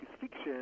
fiction